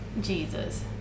Jesus